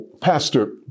Pastor